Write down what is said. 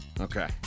Okay